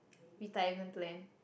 retirement plan